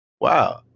wow